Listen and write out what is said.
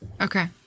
Okay